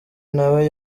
nawe